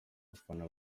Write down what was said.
bafana